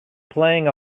playing